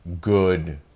good